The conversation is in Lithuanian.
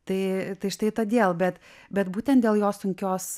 tai tai štai todėl bet bet būten dėl jo sunkios